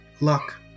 Luck